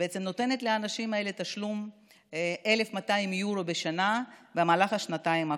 שבעצם נותנת לאנשים האלה תשלום 1,200 יורו בשנה במהלך השנתיים הקרובות.